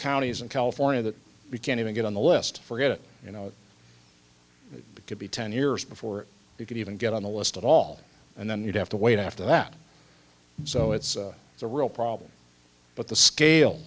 counties in california that we can't even get on the list for it you know it could be ten years before you could even get on the list at all and then you'd have to wait after that so it's a real problem but the scale